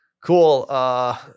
cool